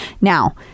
Now